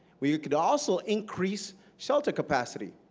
we could also increase shelter capacity,